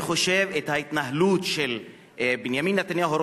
אני חושב שההתנהלות של בנימין נתניהו,